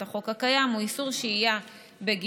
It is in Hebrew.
החוק הקיים הוא איסור שהייה בגינות,